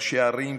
ראשי ערים,